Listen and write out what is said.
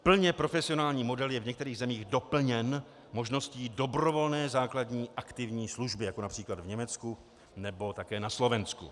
Plně profesionální model je v některých zemích doplněn možností dobrovolné základní aktivní služby, jako například v Německu nebo také na Slovensku.